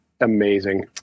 Amazing